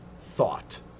thought